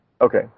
Okay